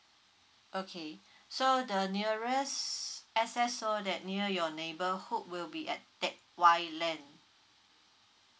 okay so the nearest S_S_O that near your neighbourhood will be at teck whye lane